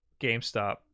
GameStop